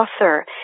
author